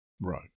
Right